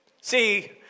See